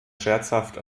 scherzhaft